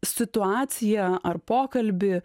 situaciją ar pokalbį